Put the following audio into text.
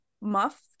muff